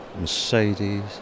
Mercedes